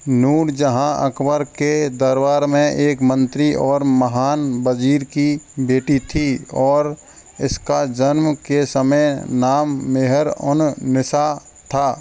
नूरजहाँ अकबर के दरबार में एक मंत्री और महान वज़ीर की बेटी थी और इसका जन्म के समय नाम मेहरुन्निसा था